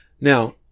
Now